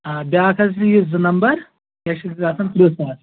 آ بیٛاکھ حظ چھِ یہِ زٕ نَمبر یہِ حظ چھِ گژھان تٕرٛہ ساس